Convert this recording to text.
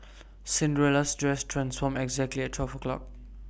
Cinderella's dress transformed exactly at twelve o' clock